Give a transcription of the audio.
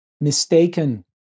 mistaken